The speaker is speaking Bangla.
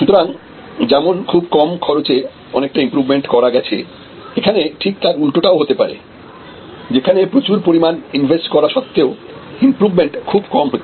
সুতরাং যেমন খুব কম খরচে অনেকটা ইমপ্রুভমেন্ট করা গেছে এখানে ঠিক তার উল্টোটা ও হতে পারে যেখানে প্রচুর পরিমাণে ইনভেস্ট করা সত্বেও ইমপ্রুভমেন্ট খুব কম হচ্ছে